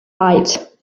light